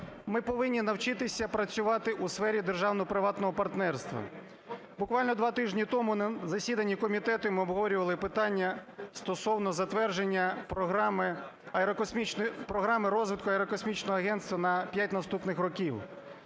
Ми повинні навчитися працювати у сфері державно-приватного партнерства. Буквально два тижні тому на засіданні комітету ми обговорювали питання стосовно затвердження програми розвитку аерокосмічного